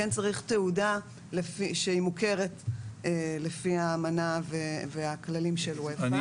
כן צריך תעודה שהיא מוכרת לפי האמנה והכללים של אופ"א.